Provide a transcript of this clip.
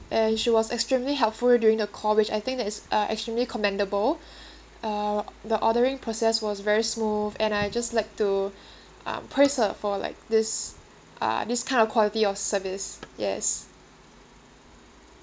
and she was extremely helpful during the call which I think that is uh extremely commendable uh the ordering process was very smooth and I'd just like to uh praise her for like this uh this kind of quality of service yes